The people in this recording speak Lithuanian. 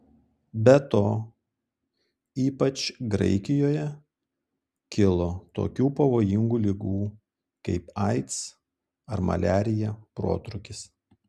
be to ypač graikijoje kilo tokių pavojingų ligų kai aids ar maliarija protrūkis